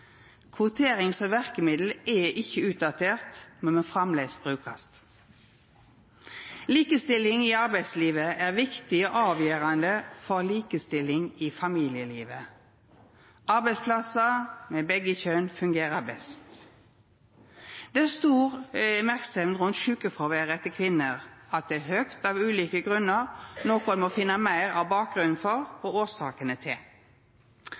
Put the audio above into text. verkemiddel er ikkje utdatert, men må framleis brukast. Likestilling i arbeidslivet er viktig og avgjerande for likestilling i familielivet. Arbeidsplassar med begge kjønn fungerer best. Det er stor merksemd rundt sjukefråværet til kvinner, at det er høgt av ulike grunnar – noko ein må finna ut meir om bakgrunnen for og årsakene til.